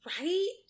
Right